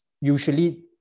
usually